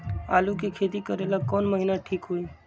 आलू के खेती करेला कौन महीना ठीक होई?